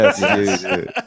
yes